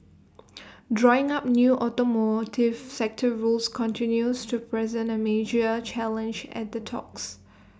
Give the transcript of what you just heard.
drawing up new automotive sector rules continues to present A major challenge at the talks